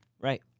Right